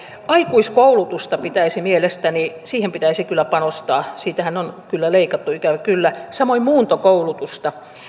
aikuiskoulutukseen pitäisi mielestäni kyllä panostaa siitähän on kyllä leikattu ikävä kyllä samoin muuntokoulutukseen